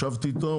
ישבתי איתו,